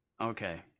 Okay